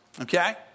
okay